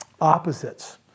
opposites